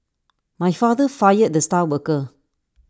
my father fired the star worker